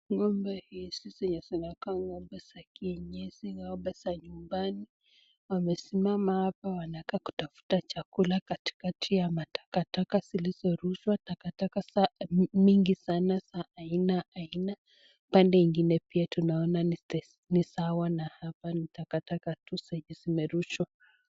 Ng'ombe hizi zenye zinakaa ng'ombe za kienyeji ni ng'ombe za nyumbani. Wanasimama hapa kutafuta chakula katikati ya matakataka zilizorushwa takataka mingi sana za aina aina. Pande ingine pia tunaona ni sawa na hapa ni takataka tu zenye zimerushwa.